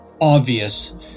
obvious